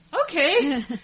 okay